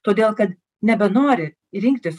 todėl kad nebenori rinktis